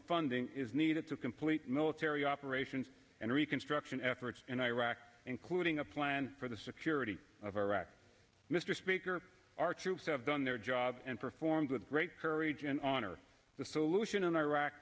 funding is needed to complete military operations and reconstruction efforts in iraq including a plan for the security of iraq mr speaker our troops have done their job and performed with great courage and honor the solution in iraq